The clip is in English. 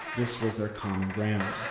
this was their common ground.